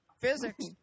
physics